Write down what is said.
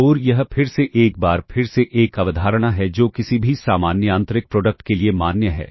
और यह फिर से एक बार फिर से एक अवधारणा है जो किसी भी सामान्य आंतरिक प्रोडक्ट के लिए मान्य है